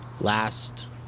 last